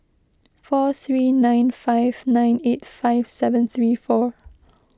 four three nine five nine eight five seven three four